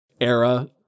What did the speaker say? era